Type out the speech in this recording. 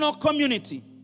community